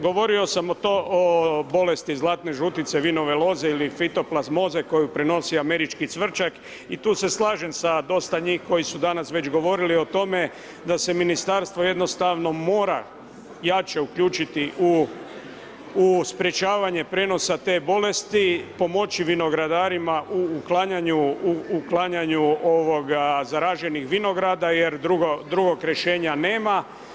Govorio sam o tom, o bolesti zlatne žutice vinove loze ili fitoplasmoze koju prenosi američki cvrčak i tu se slažem sa dosta njih koji su danas već govorili o tome, da se ministarstvo jednostavno mora jače uključiti u sprječavanju prenosa te bolesti, pomoći vinogradarima u uklanjanju zaraženih vinograda, jer drugog rješenja nema.